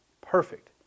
perfect